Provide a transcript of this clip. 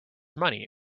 money